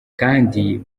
kandi